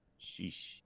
Sheesh